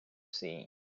sea